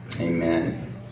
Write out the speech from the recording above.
Amen